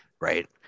Right